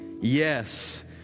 Yes